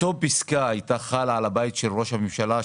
אותה פסקה הייתה חלה על הבית של ראש הממשלה,